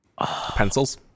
Pencils